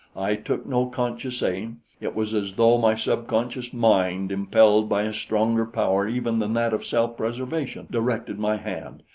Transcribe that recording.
i took no conscious aim it was as though my subconscious mind, impelled by a stronger power even than that of self-preservation, directed my hand.